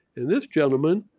and this gentleman